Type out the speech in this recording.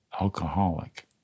alcoholic